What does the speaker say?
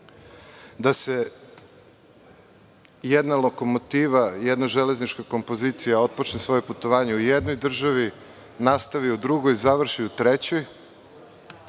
da se jedna lokomotiva i jedna železnička kompozicija otpočne svoje putovanje u jednoj državi, nastavi u drugoj i završi i trećoj